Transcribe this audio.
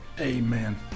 amen